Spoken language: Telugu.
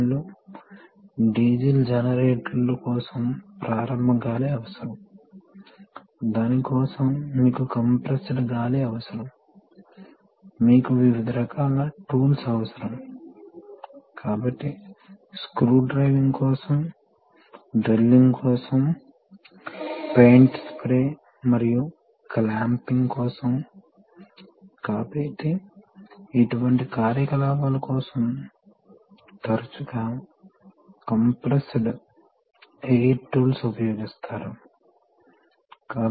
అప్పుడు మొదట ఇక్కడ ప్రెషర్ పెరుగుతుంది ఇప్పుడు దీని అర్థం ఈ ప్రెషర్ పనిచేస్తుంది ప్రెషర్ కూడా అవుతుంది కాబట్టి ప్రవాహం ఇక్కడకు పెరుగుతుంది ఎందుకంటే ఇక్కడ ప్రవాహం పెరుగుతుంది ఎందుకంటే ప్రెషర్ ఇక్కడ పెరుగుతుంది కాబట్టి ప్రెషర్ ఇక్కడ ఒత్తిడి చేస్తుంది తద్వారా ఈ స్పూల్ ఈ వైపు కు కదులుతుంది ఇప్పుడు ఈ స్పూల్ ఈ వైపు కదిలితే ఈ ఓపెనింగ్ మూసివేస్తుందని మీరు అర్థం చేసుకోవచ్చు ఈ ఓపెనింగ్ మూసివేసిన తర్వాత ఇక్కడ ఎక్కువ ప్రెజర్ డ్రాప్ ఉంటుంది మరియు సహజంగానే ఈ ప్రెజర్ డ్రాప్ ఫిక్స్ చేయడం వల్ల అది పెరిగింది